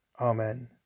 Amen